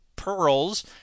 Pearls